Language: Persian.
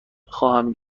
خواهم